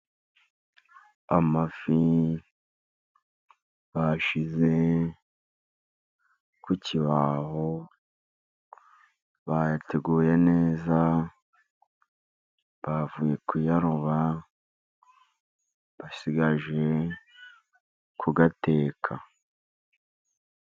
Amafi bashyize ku kibaho bayateguye neza bavuye kuyaroba basigaje kuyateka.